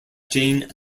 jane